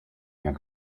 jak